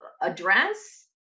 address